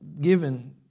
given